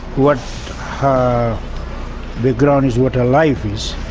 what her background is, what her life is,